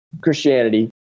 Christianity